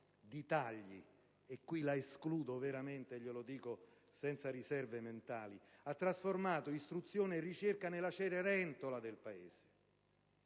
di tagli - e qui la escludo, veramente senza riserve mentali - ha trasformato istruzione e ricerca nella cenerentola del Paese.